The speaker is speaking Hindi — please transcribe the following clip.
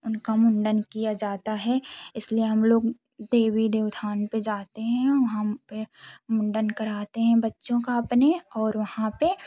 उनका मुंडन किया जाता है इसलिए हम लोग देवी देवथांन पर जाते हैं और हम पर मुंडन कराते हैं बच्चों का अपने और वहाँ पर